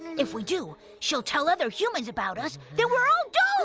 if we do, she'll tell other humans about us, then we're all